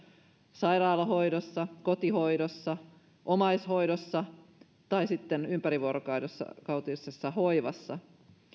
sairaalahoidossa kotihoidossa omaishoidossa tai sitten ympärivuorokautisessa hoivassa